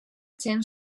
gent